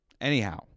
Anyhow